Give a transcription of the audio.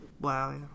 Wow